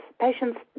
Patients